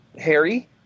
Harry